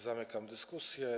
Zamykam dyskusję.